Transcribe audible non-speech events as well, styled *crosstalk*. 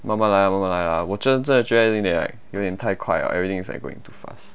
慢慢来慢慢来啊我真觉得 *noise* 有点太快了 everything is like going too fast